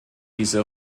diese